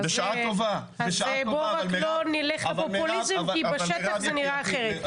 אז בוא לא נלך לפופוליזם, כי בשטח זה נראה אחרת.